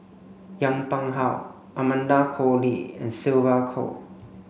Yong Pung How Amanda Koe Lee and Sylvia Kho